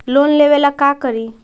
Loan लेबे ला का करि?